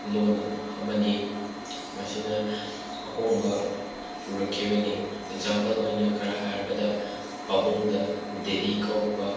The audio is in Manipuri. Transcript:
ꯂꯣꯟ ꯑꯃꯅꯤ ꯃꯁꯤꯅ ꯑꯍꯣꯡꯕ ꯄꯨꯔꯛꯈꯤꯕꯅꯤ ꯑꯦꯛꯖꯥꯝꯄꯜ ꯑꯣꯏꯅ ꯈꯔ ꯍꯥꯏꯔꯕꯗ ꯄꯥꯕꯨꯡꯗ ꯗꯦꯗꯤ ꯀꯧꯔꯛꯄ